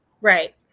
Right